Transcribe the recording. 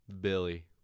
Billy